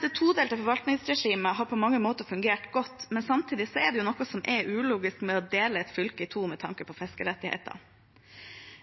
Det todelte forvaltningsregimet har på mange måter fungert godt, men samtidig er det noe som er ulogisk ved å dele et fylke i to med tanke på fiskerettigheter.